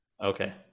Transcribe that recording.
Okay